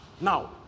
Now